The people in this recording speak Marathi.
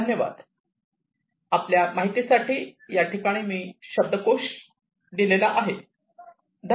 Thank you